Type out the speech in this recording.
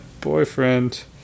boyfriend